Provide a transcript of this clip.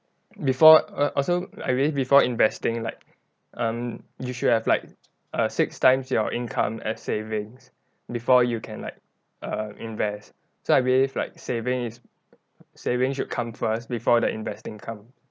before err also I believe before investing like um you should have like a six times your income and savings before you can like err invest so I believe like saving is savings should come first before the investing come